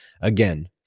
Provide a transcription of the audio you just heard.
Again